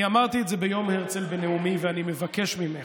אני אמרתי את זה ביום הרצל בנאומי, ואני מבקש ממך,